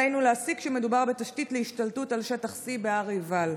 עלינו להסיק שמדובר בתשתית להשתלטות על שטח C בהר עיבל.